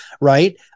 right